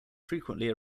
frequently